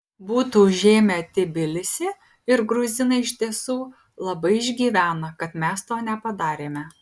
būtų užėmę tbilisį ir gruzinai iš tiesų labai išgyvena kad mes to nepadarėme